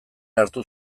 hartu